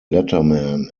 letterman